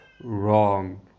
wrong